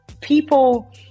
People